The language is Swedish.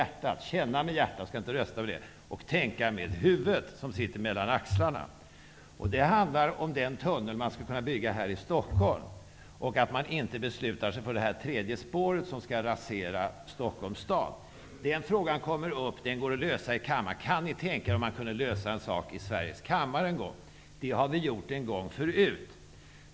De skall känna med hjärtat, inte rösta med det, och tänka med huvudet som sitter mellan axlarna. Det handlar om den tunnel som skulle kunna byggas här i Stockholm och om att man inte beslutar sig för det tredje spåret som skall rasera Stockholms stad. Den frågan kommer upp här. Den går att lösa i kammaren. Tänk om vi en gång kunde lösa en sak i riksdagens kammare! Det har vi gjort en gång förut.